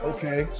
Okay